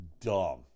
dumb